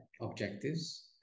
objectives